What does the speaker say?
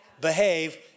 Behave